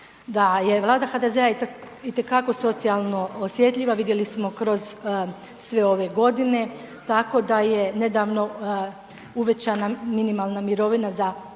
Vlada HDZ-a itekako socijalno osjetljiva vidjeli smo kroz sve ove godine, tako da je nedavno uvećana minimalna mirovina za 3,13%